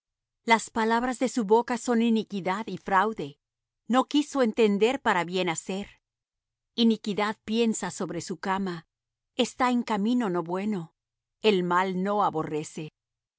las palabras de su boca son iniquidad y fraude no quiso entender para bien hacer iniquidad piensa sobre su cama está en camino no bueno el mal no aborrece